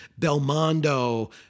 Belmondo